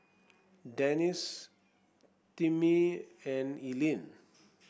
Denis Timmie and Eileen